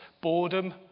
boredom